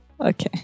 Okay